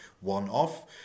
one-off